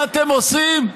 מה אתם עושים?